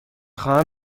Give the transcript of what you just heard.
خواهم